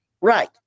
right